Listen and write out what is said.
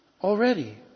already